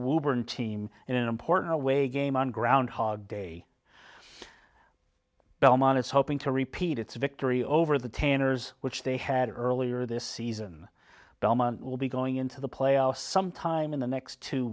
wilburn team in an important away game on groundhog day belmont is hoping to repeat its victory over the tanners which they had earlier this season belmont will be going into the playoffs sometime in the next two